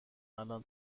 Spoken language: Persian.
الان